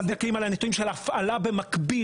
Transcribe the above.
ואתם מסתכלים על הנתונים של הפעלה במקביל,